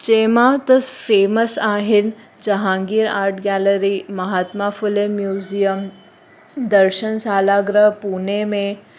जंहिं मां त फेमस आहिनि Jehangir art gallery Mahatma Phule museum दर्शन शाला गृह पूने में